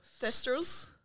Thestrals